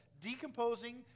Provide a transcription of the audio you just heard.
Decomposing